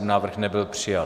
Návrh nebyl přijat.